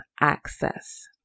access